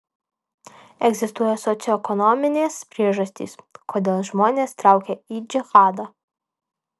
egzistuoja socioekonominės priežastys kodėl žmonės traukia į džihadą